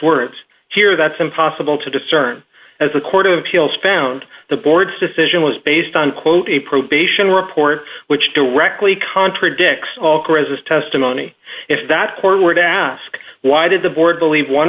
words here that's impossible to discern as the court of appeals found the board's decision was based on quote a probation report which directly contradicts all charisma's testimony if that court were to ask why did the board believe one